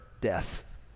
death